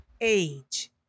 age